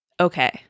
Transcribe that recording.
Okay